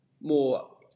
more